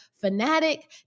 fanatic